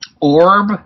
orb